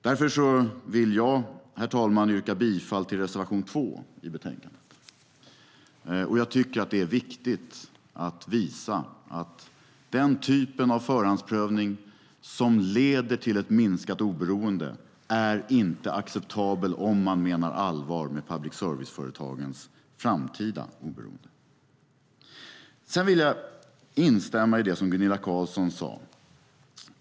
Därför vill jag, herr talman, yrka bifall till reservation 2 i betänkandet. Jag tycker att det är viktigt att visa att den typ av förhandsprövning som leder till ett minskat oberoende inte är acceptabel om man menar allvar med public service-företagens framtida oberoende. Sedan vill jag instämma i det som Gunilla Carlsson i Hisings Backa sade.